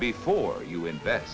before you invest